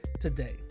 today